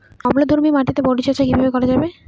অম্লধর্মীয় মাটির পরিচর্যা কিভাবে করা যাবে?